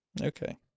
Okay